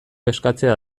eskatzea